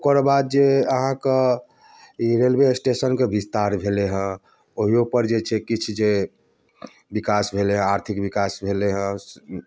ओकर बाद जे अहाँके ई रेलवे स्टेशनके विस्तार भेलै है ओहियो पर जे छै किछु जे विकास भेलै है आर्थिक विकास भेलै है